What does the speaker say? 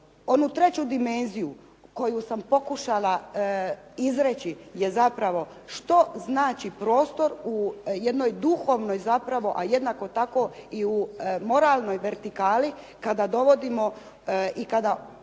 Onu treću dimenziju koju sam pokušala izreći je zapravo što znači prostor u jednoj duhovnoj zapravo, a jednako tako i u moralnoj vertikali kada dovodimo i kada u